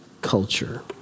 culture